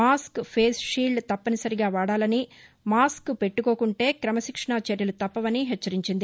mask face shield తప్పనిసరిగా వాడాలని mask పెట్లుకోకుంటే క్రమశిక్షణ చర్యలు తప్పవని హెచ్చరించింది